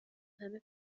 همه